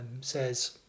says